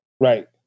Right